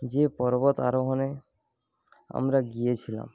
যে পর্বত আরোহনে আমরা গিয়েছিলাম